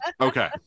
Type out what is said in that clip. Okay